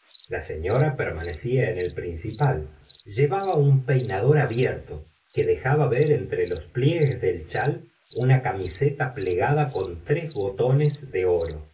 la señora permanecía en el principal gustavo flaubert llevaba un peinador abierto que dejaba ver entre los pliegues del chal una camiseta plegada con tres botones de oro